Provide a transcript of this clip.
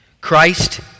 Christ